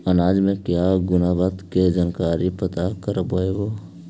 अनाज मे क्या गुणवत्ता के जानकारी पता करबाय?